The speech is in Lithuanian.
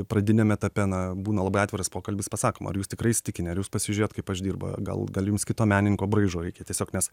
pradiniam etape na būna labai atviras pokalbis pasakoma ar jūs tikrai įsitikinę ar jūs pasižiūrėjot kaip aš dirbu gal gal jums kito menininko braižo reikia tiesiog nes